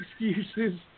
excuses